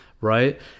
right